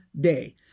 Day